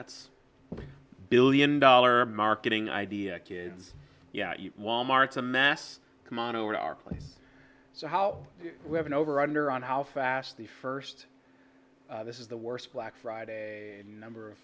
that's the billion dollar marketing idea kids wal mart's amass come on over to our place so how do we have an over under on how fast the first this is the worst black friday number